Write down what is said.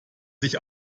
sich